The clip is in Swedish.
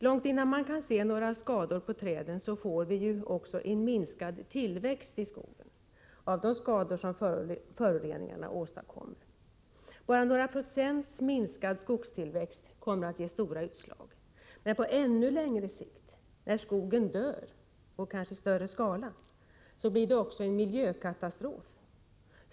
Långt innan vi kan se några skador på träden får vi en minskad tillväxt i skogen på grund av de skador som luftföroreningarna åstadkommer. Bara några procents minskad skogstillväxt kommer att ge stora utslag. På längre sikt, när skogen dör i större skala, blir det också en miljökatastrof.